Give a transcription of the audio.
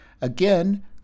Again